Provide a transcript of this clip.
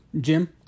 Jim